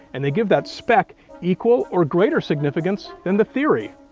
and they give that speck equal or greater significance than the theory!